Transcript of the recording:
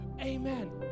amen